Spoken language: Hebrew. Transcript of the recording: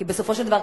כי בסופו של דבר,